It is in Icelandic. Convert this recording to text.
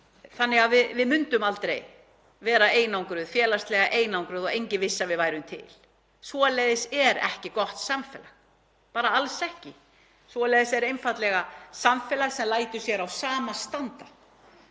þannig að við yrðum aldrei félagslega einangruð og enginn vissi að við værum til. Svoleiðis er ekki gott samfélag, bara alls ekki. Svoleiðis er einfaldlega samfélag sem lætur sér á sama standa.